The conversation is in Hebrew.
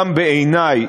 גם בעיני,